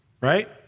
right